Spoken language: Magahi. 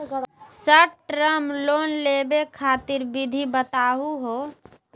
शार्ट टर्म लोन लेवे खातीर विधि बताहु हो?